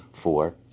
Four